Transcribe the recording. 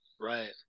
Right